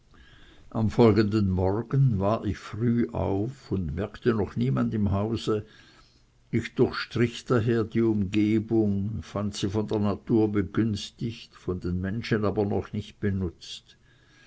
am folgenden morgen war ich früh auf und merkte noch niemand im hause ich durchstrich daher die umgebung fand sie von der natur begünstigt von den menschen aber noch nicht benutzt